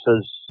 says